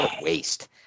waste